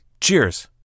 Cheers